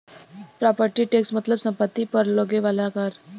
property tax मतलब सम्पति पर लगे वाला कर